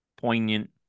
poignant